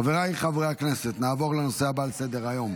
חבריי חברי הכנסת, נעבור לנושא הבא על סדר-היום,